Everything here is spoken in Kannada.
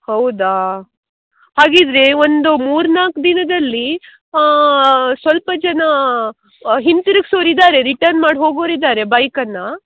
ಹೌದಾ ಹಾಗಿದ್ದರೆ ಒಂದು ಮೂರು ನಾಲ್ಕು ದಿನದಲ್ಲಿ ಸ್ವಲ್ಪ ಜನ ಹಿಂತಿರುಗ್ಸೋರ್ ಇದ್ದಾರೆ ರಿಟನ್ ಮಾಡಿ ಹೋಗೋರು ಇದ್ದಾರೆ ಬೈಕನ್ನು